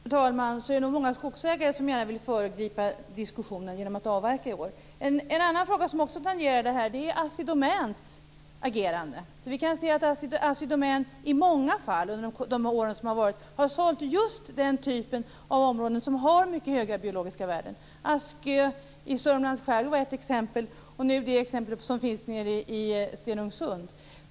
Fru talman! Det är nog tyvärr många skogsägare som gärna vill föregripa diskussionen genom att avverka i år. En annan fråga som också tangerar detta är Assi Domäns agerande. Vi kan se att Assi Domän i många fall under de år som varit har sålt just den typ av områden som har mycket höga biologiska värden. Askö i Sörmlands skärgård är ett exempel, liksom det aktuella exemplet i Stenungssund.